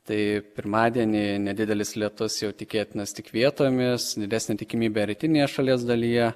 tai pirmadienį nedidelis lietus jau tikėtinas tik vietomis didesnė tikimybė rytinėje šalies dalyje